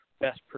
best